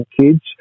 kids